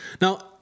Now